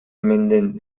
менден